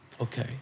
Okay